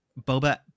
Boba